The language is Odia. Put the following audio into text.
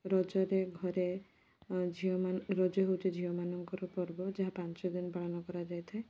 ରଜରେ ଘରେ ଝିଅ ମାନେ ରଜ ହେଉଛି ଝିଅ ମାନଙ୍କର ପର୍ବ ଯାହା ପାଞ୍ଚଦିନ ପାଳନ କରାଯାଇଥାଏ